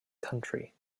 country